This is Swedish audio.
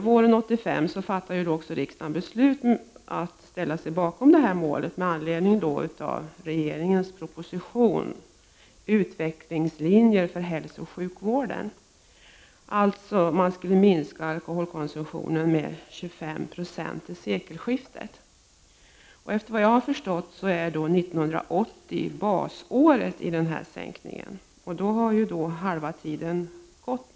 Våren 1985 fattade riksdagen — med anledning av regeringens proposition Utvecklingslinjer för hälsooch sjukvården — beslut om att ställa sig bakom detta mål. Målet var alltså att minska alkoholkonsumtionen med 25 96 fram till sekelskiftet. Efter vad jag har förstått skulle 1980 vara basåret, och halva tiden har således redan gått.